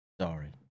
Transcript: sorry